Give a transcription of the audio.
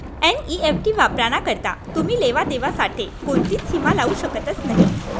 NEFT वापराना करता तुमी लेवा देवा साठे कोणतीच सीमा लावू शकतस नही